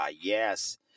Yes